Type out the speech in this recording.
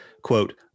quote